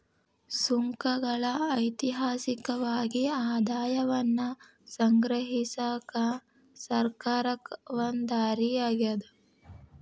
ಸುಂಕಗಳ ಐತಿಹಾಸಿಕವಾಗಿ ಆದಾಯವನ್ನ ಸಂಗ್ರಹಿಸಕ ಸರ್ಕಾರಕ್ಕ ಒಂದ ದಾರಿ ಆಗ್ಯಾದ